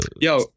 yo